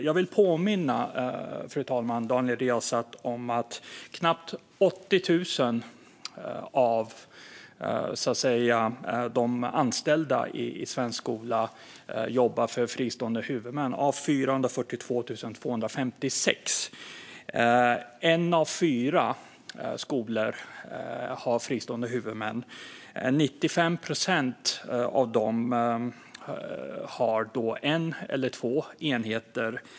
Jag vill påminna Daniel Riazat om att knappt 80 000 av 442 256 anställda i svensk skola jobbar för fristående huvudmän. En av fyra skolor har fristående huvudmän, och 95 procent av dem har en eller två enheter.